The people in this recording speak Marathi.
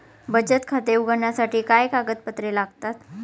बचत खाते उघडण्यासाठी काय कागदपत्रे लागतात?